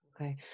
Okay